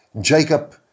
Jacob